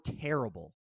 terrible